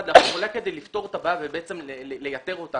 כדי לפתור את הבעיה ובעצם לייתר אותה.